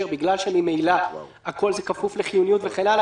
בגלל שממילא הכול כפוף לחיוניות וכן הלאה,